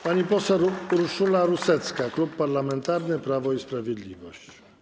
Pani poseł Urszula Rusecka, Klub Parlamentarny Prawo i Sprawiedliwość.